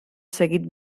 seguit